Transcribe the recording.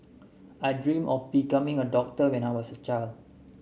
I dreamt of becoming a doctor when I was a child